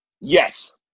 Yes